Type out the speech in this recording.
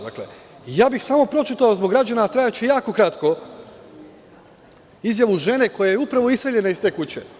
Dakle, ja bih samo pročitao zbog građana, a trajaće jako kratko, izjavu žene koja je upravo iseljena iz te kuće.